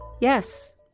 Yes